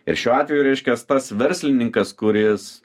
ir šiuo atveju reiškias tas verslininkas kuris